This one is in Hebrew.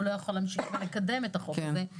לא יכול להמשיך לקדם את הצעת החוק הזאת.